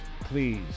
please